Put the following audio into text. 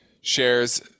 shares